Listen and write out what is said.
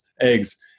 eggs